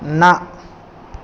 न